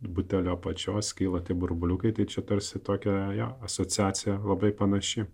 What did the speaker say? butelio apačios kylanti burbuliukai tai čia tarsi tokioje asociacija labai panaši